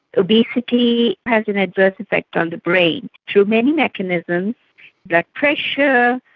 obesity has an adverse effect on the brain through many mechanisms blood pressure,